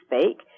speak